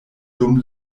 dum